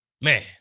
Man